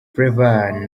flavour